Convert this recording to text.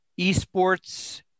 Esports